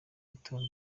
gitondo